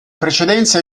precedenza